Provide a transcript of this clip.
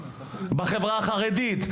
בחברה החרדית,